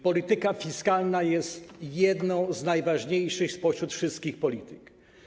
Polityka fiskalna jest jedną z najważniejszych spośród wszystkich polityk.